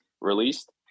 released